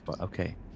Okay